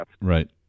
Right